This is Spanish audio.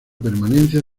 permanencia